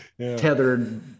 tethered